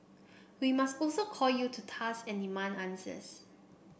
we must also call you to task and demand answers